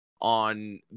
on